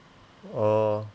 oh